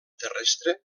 terrestre